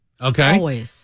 Okay